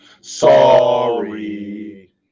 Sorry